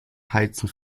heizen